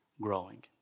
growing